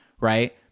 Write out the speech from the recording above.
right